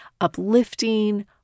uplifting